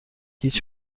هیچ